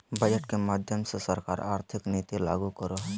budget के माध्यम से सरकार आर्थिक नीति लागू करो हय